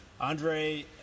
Andre